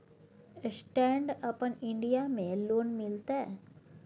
Stand अपन India में loan मिलते?